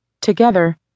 Together